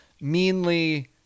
meanly